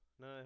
No